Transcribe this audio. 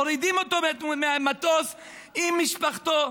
מורידים אותו מהמטוס עם משפחתו,